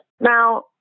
Now